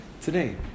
today